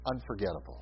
Unforgettable